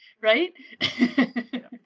Right